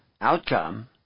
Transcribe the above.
outcome